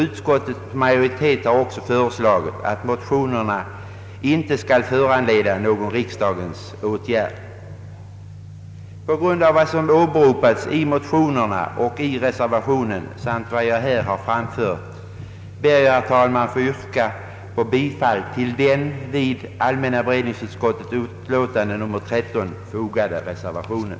Utskottets majoritet har också föreslagit att motionerna inte skall föranleda någon riksdagens åtgärd. På grund av vad som åberopats i motionerna och i reservationen samt med hänvisning till vad jag här har anfört ber jag, herr talman, att få yrka bifall till den vid allmänna beredningsutskottets utlåtande nr 13 fogade reservationen.